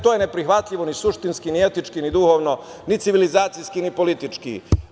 To je neprihvatljivo ni suštinski, ni etički, ni duhovno, ni civilizacijski, ni politički.